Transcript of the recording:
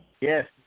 Yes